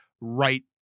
right